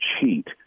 cheat